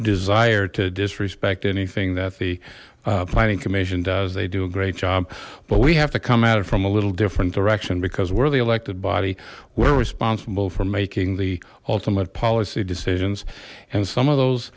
desire to disrespect anything that the planning commission does they do a great job but we have to come at it from a little different direction because we're the elected body we're responsible for making the ultimate policy decisions and some of those